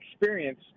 experience